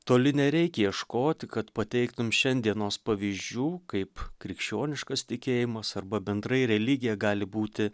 toli nereik ieškoti kad pateiktum šiandienos pavyzdžių kaip krikščioniškas tikėjimas arba bendrai religija gali būti